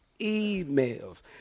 emails